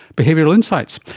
behavioural insights.